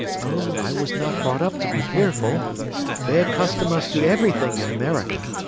oh, i was not brought up to be fearful they accustom us to everything in america,